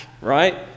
right